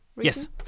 Yes